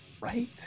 Right